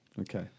okay